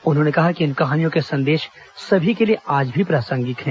उन्होंने कहा कि इन कहानियों के संदेश सभी के लिए आज भी प्रासंगिक हैं